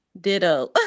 ditto